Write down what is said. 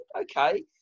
okay